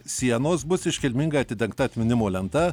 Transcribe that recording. sienos bus iškilmingai atidengta atminimo lenta